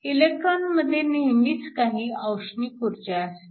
इलेकट्रॉनमध्ये नेहमीच काही औष्णिक ऊर्जा असते